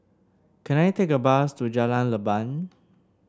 can I take a bus to Jalan Leban